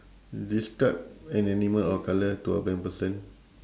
describe an animal or colour to a blind person